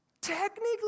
Technically